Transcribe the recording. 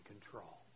control